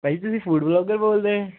ਭਾਅ ਜੀ ਤੁਸੀਂ ਫ਼ੂਡ ਵਲੋਗਰ ਬੋਲਦੇ